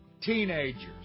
teenagers